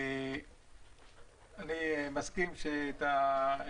בתנאי שמתקיימים אחד מהכללים שהקראנו.